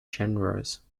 generous